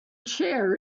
chair